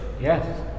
Yes